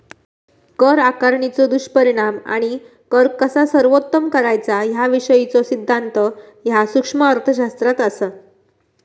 कर आकारणीचो दुष्परिणाम आणि कर कसा सर्वोत्तम करायचा याविषयीचो सिद्धांत ह्या सूक्ष्म अर्थशास्त्रात असा